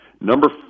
Number